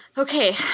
Okay